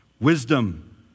Wisdom